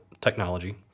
technology